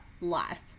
life